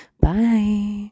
Bye